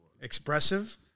expressive